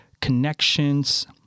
connections